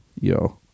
yo